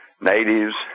natives